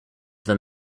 them